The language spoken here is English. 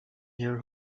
here